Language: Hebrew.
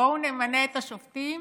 בואו נמנה את השופטים